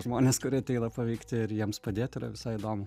žmonės kurie ateina paveikti ir jiems padėti yra visai įdomu